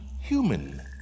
human